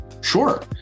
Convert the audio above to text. sure